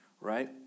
right